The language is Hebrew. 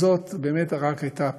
וזאת באמת רק הייתה הפתיחה.